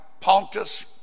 Pontus